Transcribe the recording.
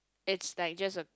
it's like just a